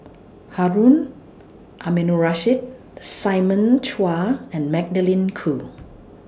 Harun Aminurrashid Simon Chua and Magdalene Khoo